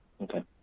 Okay